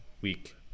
week